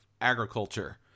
agriculture